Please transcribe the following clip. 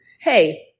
hey